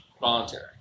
Voluntary